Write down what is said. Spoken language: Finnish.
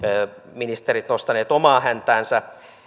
ministerit nostaneet omaa häntäänsä